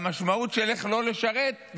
והמשמעות של לא לשרת,